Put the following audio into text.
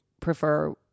prefer